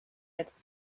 jetzt